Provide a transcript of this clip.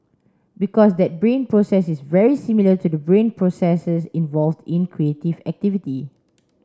because that brain process is very similar to the brain processes involved in creative activity